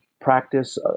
Practice